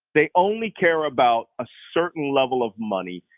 they only care about a certain level of money.